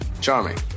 Charming